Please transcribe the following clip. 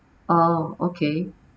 oh okay